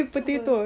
apa